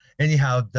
Anyhow